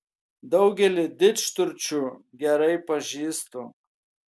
daugelį didžturčių gerai pažįstu